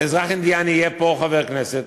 אזרח אינדיאני יהיה פה חבר כנסת?